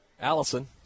allison